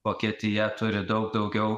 vokietija turi daug daugiau